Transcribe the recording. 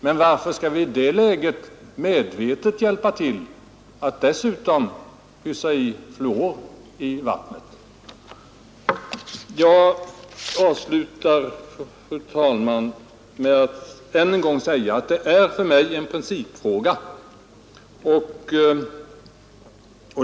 Men varför skall vi i det läget medvetet ösa fluor i vattnet? Jag avslutar, fru talman, detta anförande med att än en gång säga att detta är en principfråga.